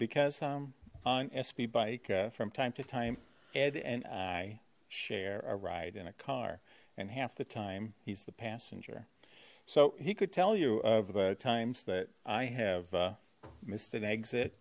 because i'm on sp bike from time to time edie and i share a ride in a car and half the time he's the passenger so he could tell you of the times that i have missed an exit